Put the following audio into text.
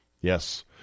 Yes